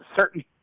certain